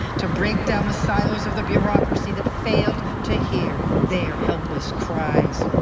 to break down the silos of the bureaucracy that failed to hear their helpless cries.